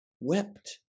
wept